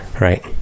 Right